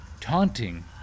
taunting